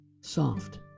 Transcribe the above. soft